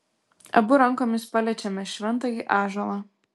abu rankomis paliečiame šventąjį ąžuolą